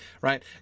Right